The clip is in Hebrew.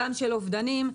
אובדנים,